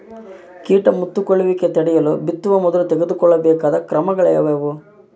ಕೇಟ ಮುತ್ತಿಕೊಳ್ಳುವಿಕೆ ತಡೆಯಲು ಬಿತ್ತುವ ಮೊದಲು ತೆಗೆದುಕೊಳ್ಳಬೇಕಾದ ಕ್ರಮಗಳೇನು?